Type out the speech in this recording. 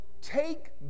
take